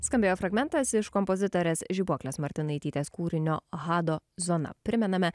skambėjo fragmentas iš kompozitorės žibuoklės martinaitytės kūrinio hado zona primename